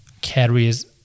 carries